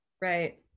right